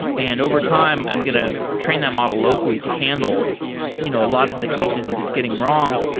and over time, i'm going to train that model locally to handle you know a lot of the cases that it's getting wrong.